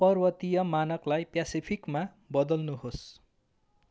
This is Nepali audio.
पर्वतीय मानकलाई प्यासिफिकमा बदल्नुहोस्